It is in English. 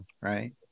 Right